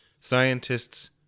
scientists